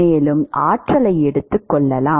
மேலும் ஆற்றலை எடுத்துக் கொள்ளலாம்